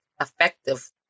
Effective